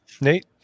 Nate